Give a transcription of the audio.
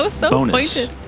bonus